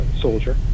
soldier